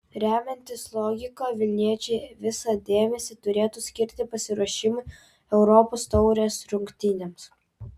remiantis logika vilniečiai visą dėmesį turėtų skirti pasiruošimui europos taurės rungtynėms